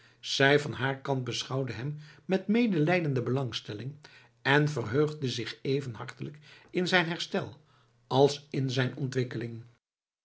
zij van haar kant beschouwde hem met medelijdende belangstelling en verheugde zich even hartelijk in zijn herstel als in zijn ontwikkeling